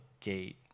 Gate